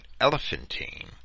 Elephantine